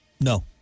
No